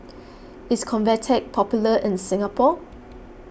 is Convatec popular in Singapore